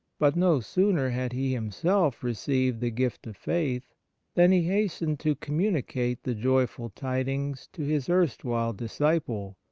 but no sooner had he himself received the gift of faith than he hastened to communicate the joyful tidings to his erstwhile disciple,